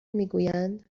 میگویند